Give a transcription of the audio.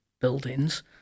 buildings